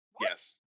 Yes